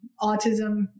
autism